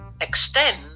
extend